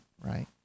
right